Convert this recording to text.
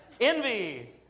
Envy